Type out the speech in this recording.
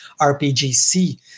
RPG-C